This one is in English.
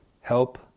Help